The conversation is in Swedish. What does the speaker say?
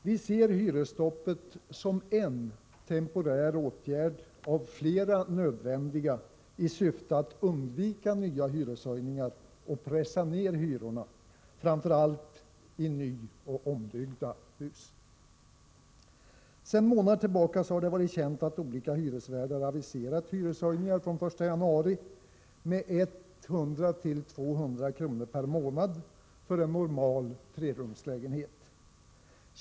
Vi ser hyresstoppet som en temporär åtgärd av flera nödvändiga i syfte att undvika nya hyreshöjningar och pressa ned hyrorna, framför allt i nyoch ombyggda hus. Sedan månader tillbaka har det varit känt att olika hyresvärdar aviserat hyreshöjningar från den 1 januari med 100-200 kr. per månad för en normal trerumslägenhet.